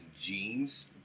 jeans